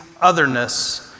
otherness